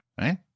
right